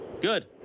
Good